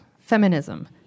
feminism